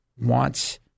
wants